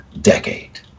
decade